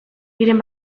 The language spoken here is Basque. diren